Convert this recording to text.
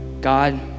God